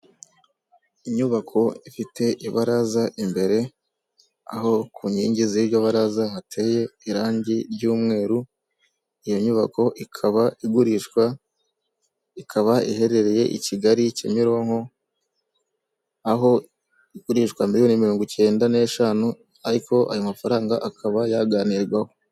Inyubako ifite ibaraza imbere aho ku nkingi z'iga baraza hateye irangi ry'umweru, iyo nyubako ikaba igurishwa, ikaba iherereye i Kigali kimironko, aho igurishwa miliyoni mirongo icyenda n'eshanu ariko ayo mafaranga akaba yaganirwaho.